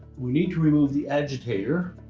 we need to remove the agitator.